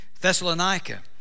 Thessalonica